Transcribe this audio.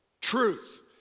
Truth